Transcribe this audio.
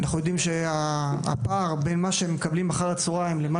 אנחנו יודעים שהפער בין מה שמקבלים אחר הצהריים לבין מה